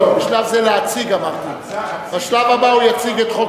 אנחנו עוברים להצעת חוק